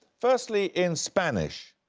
firstly, in spanish.